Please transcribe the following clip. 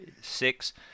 Six